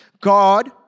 God